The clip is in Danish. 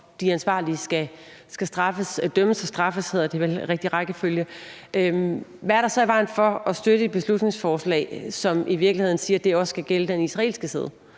hvad er der så i vejen for at støtte et beslutningsforslag, som i virkeligheden siger, at det også skal gælde for den israelske side?